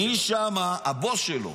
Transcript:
הבוס שלו.